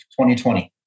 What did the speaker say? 2020